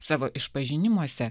savo išpažinimuose